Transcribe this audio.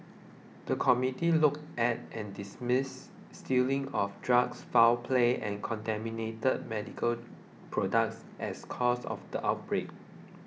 the committee looked at and dismissed stealing of drugs foul play and contaminated medical products as causes of the outbreak